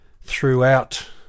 throughout